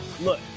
look